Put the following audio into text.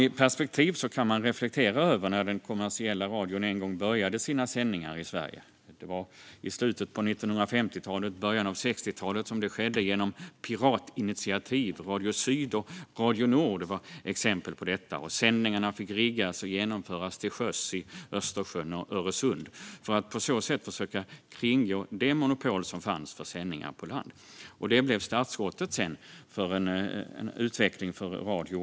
I perspektiv kan man reflektera över när den kommersiella radion en gång började sina sändningar i Sverige. Det var i slutet på 1950-talet och i början av 1960-talet, och det skedde genom piratinitiativ. Radio Syd och Radio Nord var exempel på detta. Sändningarna fick riggas och genomföras till sjöss, i Östersjön och Öresund, för att på så sätt försöka kringgå det monopol som fanns för sändningar på land. Det blev sedan startskottet för en utveckling av radion.